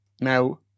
now